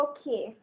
Okay